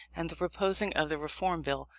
and the proposing of the reform bill.